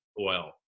oil